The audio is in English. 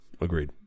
Agreed